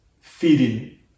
feeding